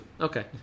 okay